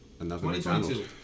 2022